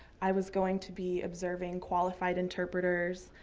i was going to be observing qualified interpreters.